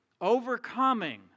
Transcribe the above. Overcoming